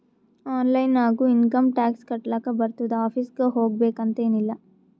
online ನಾಗು income tax ಕಟ್ಲಾಕ್ ಬರ್ತುದ್ ಆಫೀಸ್ಗ ಹೋಗ್ಬೇಕ್ ಅಂತ್ ಎನ್ ಇಲ್ಲ